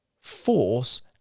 force